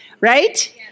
right